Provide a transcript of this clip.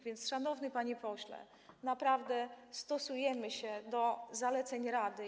A więc, szanowny panie pośle, naprawdę stosujemy się do zaleceń Rady.